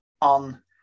on